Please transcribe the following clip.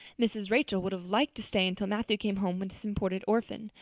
mrs. rachel would have liked to stay until matthew came home with his imported orphan.